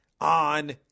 on